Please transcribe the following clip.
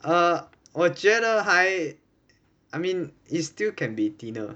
uh 我觉得还 I mean is still can be thinner